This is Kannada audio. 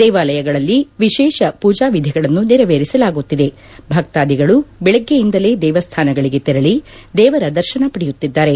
ದೇವಾಲಯಗಳಲ್ಲಿ ವಿಶೇಷ ಪೂಜಾವಿಧಿಗಳನ್ನು ನೆರವೇರಿಸಲಾಗುತ್ತಿದೆ ಭಕ್ತಾದಿಗಳು ಬೆಳಗ್ಗೆಯಿಂದಲೇ ದೇವಸ್ಥಾನಗಳಿಗೆ ತೆರಳಿ ದೇವರ ದರ್ಶನ ಪಡೆಯುತ್ತಿದ್ದಾರೆ